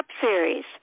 Series